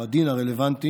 או הדין הרלוונטי,